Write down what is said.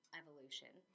evolution